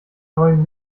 neuen